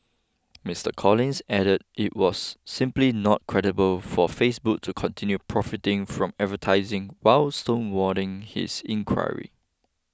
Mister Collins added it was simply not credible for Facebook to continue profiting from advertising while stonewalling his inquiry